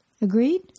Agreed